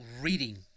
reading